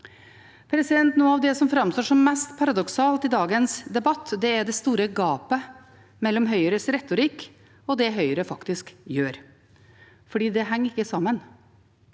prisstigningen. Noe av det som framstår som mest paradoksalt i dagens debatt, er det store gapet mellom Høyres retorikk og det Høyre faktisk gjør, fordi det henger ikke sammen.